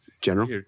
General